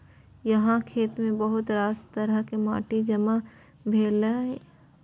अहाँक खेतमे बहुत रास तरहक माटि जमा भेल यै